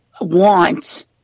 want